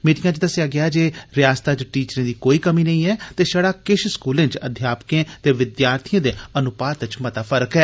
मीटिंगा च दस्सेआ गेआ जे रिआसतै च टीचरें दी कोई कमी नेईं ऐ ते छड़ा किष स्कूलें च अध्यापकें ते विद्यार्थिएं दे अनुपात च मता फर्क ऐ